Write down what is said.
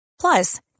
Plus